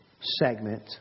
segment